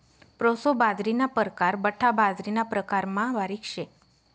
proso बाजरीना परकार बठ्ठा बाजरीना प्रकारमा बारीक शे